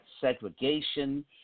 segregation